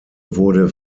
wurde